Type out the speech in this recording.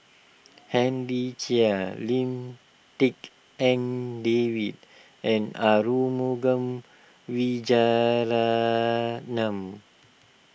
Henry Chia Lim Tik En David and Arumugam Vijiaratnam